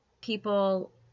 people